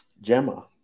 Gemma